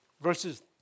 verses